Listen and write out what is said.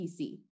PC